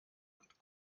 und